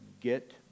get